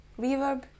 reverb